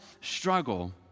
struggle